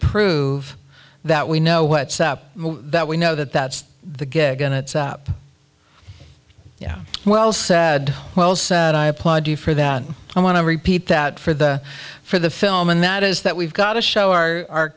prove that we know what's up that we know that that's the gig and it's up well said wells and i applaud you for that i want to repeat that for the for the film and that is that we've got to show our